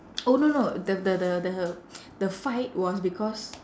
oh no no the the the the the fight was because